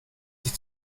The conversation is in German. sich